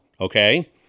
okay